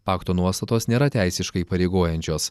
pakto nuostatos nėra teisiškai įpareigojančios